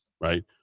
right